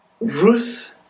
Ruth